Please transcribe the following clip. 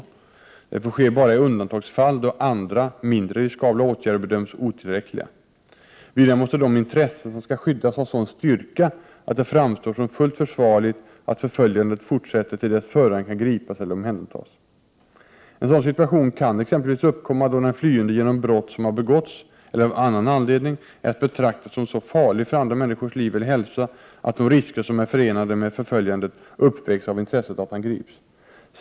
Detta får ske bara i undantagsfall då andra, mindre riskfyllda åtgärder bedöms otillräckliga. Vidare måste de intressen som skall skyddas ha sådan styrka att det framstår som fullt försvarligt att förföljandet fortsätter till dess föraren kan gripas eller omhändertas. En sådan situation kan exempelvis uppkomma då den flyende genom brott som han begått eller av annan anledning är att betrakta som så farlig för andra människors liv eller hälsa att de risker som är förenade med förföljandet uppvägs av intresset av att han grips.